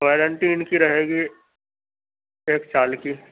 warranty اِن کی رہے گی ایک سال کی